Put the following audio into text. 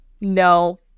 No